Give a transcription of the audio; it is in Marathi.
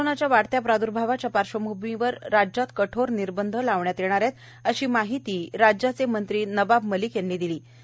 कोरोनाच्या वाढत्या प्रादुर्भावाच्या पार्श्वभूमीवर राज्यात कठोर निर्बंध लावण्यात येणार आहेत तशी माहिती राज्याचे मंत्री नवाब मलिक यांनी दिलीय